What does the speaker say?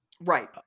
Right